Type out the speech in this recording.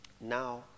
now